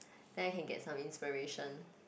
then I can get some inspiration